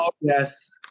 yes